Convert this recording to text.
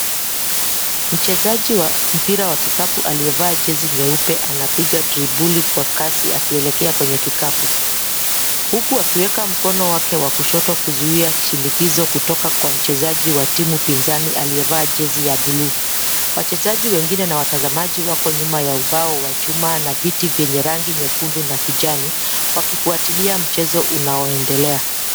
Mchezaji wa mpira wa kikapu aliyevaa jezi nyeupe anapiga dribuli kwa kasi akielekea kwenye kikapu. Huku akiweka mkono wake wa kushoto kuzuia shindikizo kutoka kwa mchezaji wa timu pinzani aliyevaa jezi ya blue . Wachezaji wengine na watazamaji wako nyuma ya ubao wa chuma na viti vyenye rangi nyekundu na kijani wakifuatilia mchezo unaoendelea.